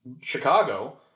Chicago